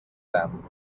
them